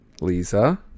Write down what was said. Lisa